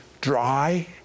dry